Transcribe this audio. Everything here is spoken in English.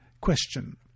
Question